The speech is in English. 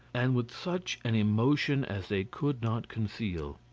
and with such an emotion as they could not conceal.